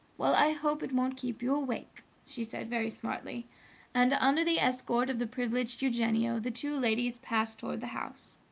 well, i hope it won't keep you awake! she said very smartly and, under the escort of the privileged eugenio, the two ladies passed toward the house.